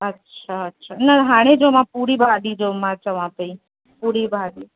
अच्छा अच्छा न हाणे जो मां पूड़ी भाॼी जो मां चवां पई पूड़ी भाॼी